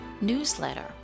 newsletter